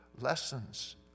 lessons